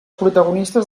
protagonistes